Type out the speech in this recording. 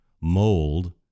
mold